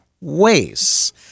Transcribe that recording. ways